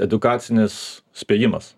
edukacinis spėjimas